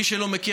מי שלא מכיר,